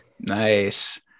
Nice